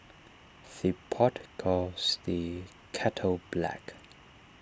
the pot calls the kettle black